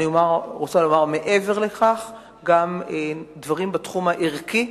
ואני רוצה לומר מעבר לכך גם דברים בתחום הערכי,